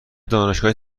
دانشگاه